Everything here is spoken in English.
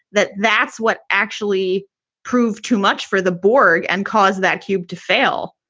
that that's what actually proved too much for the borg and caused that cube to fail,